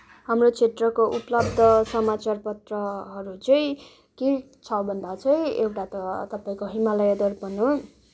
हाम्रो क्षेत्रको उपल्ब्ध समाचारपत्रहरू चाहिँ के छ भन्दा चाहिँ एउटा त तपाईँको हिमालय दर्पण हो